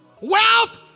Wealth